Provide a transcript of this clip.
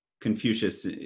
Confucius